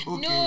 no